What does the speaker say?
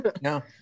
no